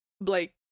Blake